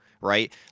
right